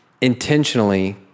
intentionally